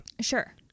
Sure